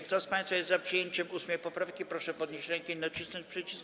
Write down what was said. Kto z państwa jest za przyjęciem 8. poprawki, proszę podnieść rękę i nacisnąć przycisk.